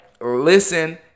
listen